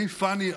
אני פאני,